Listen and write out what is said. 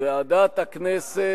אני אבקש לא להעיר, לא מצד זה,